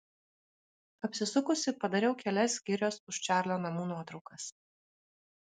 apsisukusi padariau kelias girios už čarlio namų nuotraukas